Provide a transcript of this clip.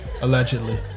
Allegedly